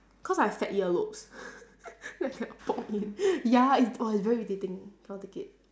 cause I have fat earlobes so I cannot poke in ya it's !wah! it's very irritating cannot take it